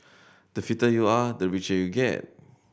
the fitter you are the richer you get